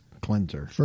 cleanser